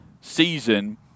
season